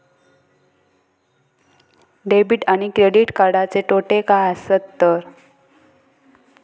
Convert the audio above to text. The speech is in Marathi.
डेबिट आणि क्रेडिट कार्डचे तोटे काय आसत तर?